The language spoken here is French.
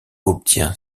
obtient